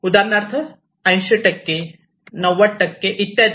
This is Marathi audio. उदाहरणार्थ 80 90 इत्यादी